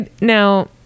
now